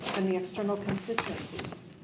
and the external constituencies.